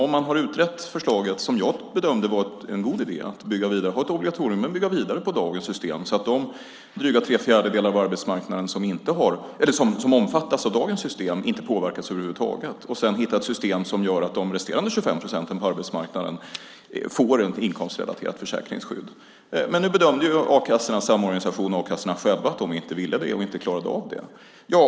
Man har utrett det förslag som jag tyckte var bra om att bygga vidare på dagens system med ett obligatorium, så att de dryga tre fjärdedelar av arbetsmarknaden som omfattas av dagens system inte påverkas, och sedan hitta ett system så att de resterande 25 procenten på arbetsmarknaden får ett inkomstrelaterat försäkringsskydd. Men nu bedömde ju a-kassornas samorganisation och a-kassorna själva att de inte ville det och inte klarade av det.